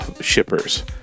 Shippers